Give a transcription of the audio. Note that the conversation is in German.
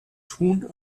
tun